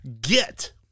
get